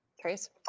trace